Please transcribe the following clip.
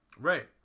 Right